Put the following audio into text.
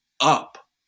up